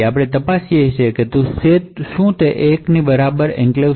પછી આપણે તપાસીએ છીએ કે શું તે ની એક્સેસ 1 ની બરાબર છે કે નહીં